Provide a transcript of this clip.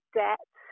debt